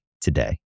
today